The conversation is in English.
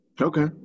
Okay